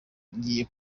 ngiye